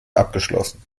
abgeschlossen